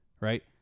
right